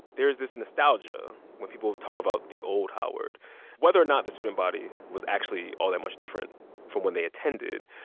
there is this nostalgia when people talk about the old howard whether or not the student body was actually all that much different from when they attended.